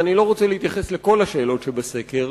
ואני לא רוצה להתייחס לכל השאלות שבסקר,